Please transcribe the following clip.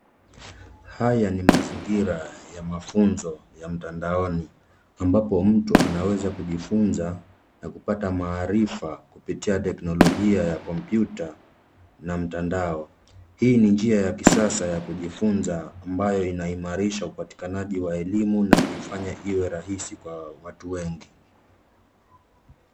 Haya ni mazingira ya mafunzo ya mtandaoni, ambapo mtu anaweza kujifunza na kupata maarifa kupitia teknolojia ya kompyuta na mitandao. Hii ni njia ya kisasa ya kujifunza ambayo inaimarisha upatikanaji wa elimu na kuifanya iwe rahisi kwa watu wengi.